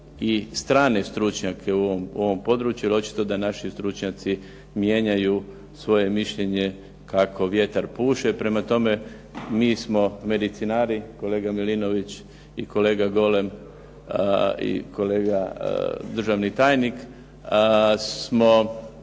i strane stručnjake u ovom području, jer očito da naši stručnjaci mijenjaju svoje mišljenje kako vjetar puše. Prema tome, mi smo medicinari, kolega Milinović i kolega Golem i kolega državni tajnik smo